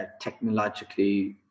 technologically